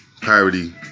parody